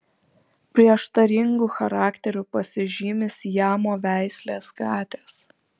prieštaringu charakteriu pasižymi siamo veislės katės